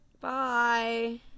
Bye